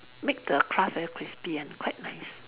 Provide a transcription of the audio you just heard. make the crust very crispy and quite nice